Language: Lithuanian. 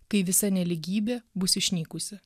kai visa nelygybė bus išnykusi